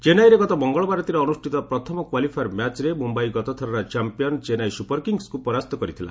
ଚେନ୍ନାଇରେ ଗତ ମଙ୍ଗଳବାର ରାତିରେ ଅନୁଷ୍ଠିତ ପ୍ରଥମ କ୍ୱାଲିଫାୟାର ମ୍ୟାଚରେ ମୁମ୍ୟାଇ ଗତଥରର ଚାମ୍ପିୟନ ଚେନ୍ନାଇ ସୁପରକିଙ୍ଗସ୍କୁ ପରାସ୍ତ କରିଥିଲା